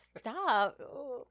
stop